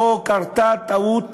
פה קרתה טעות